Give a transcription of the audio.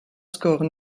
score